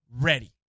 ready